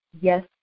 Yes